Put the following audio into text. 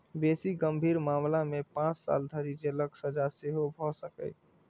बेसी गंभीर मामला मे पांच साल धरि जेलक सजा सेहो भए सकैए